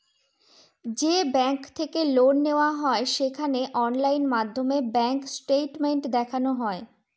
যে ব্যাঙ্ক থেকে লোন নেওয়া হয় সেখানে অনলাইন মাধ্যমে ব্যাঙ্ক স্টেটমেন্ট দেখানো হয়